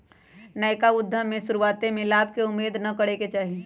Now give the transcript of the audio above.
नयका उद्यम में शुरुआते में लाभ के उम्मेद न करेके चाही